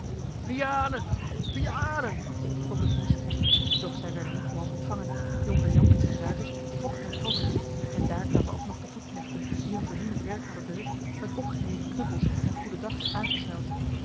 vianen vianen klonk het woest doch zij werden niet malsch ontvangen jonker jan met zijne ruiters vocht met heldenmoed en daar kwamen ook nog de voetknechten die hun vernielend werk hadden verricht met opgeheven knuppels en goedendags aangesneld